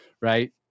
right